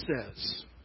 says